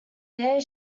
there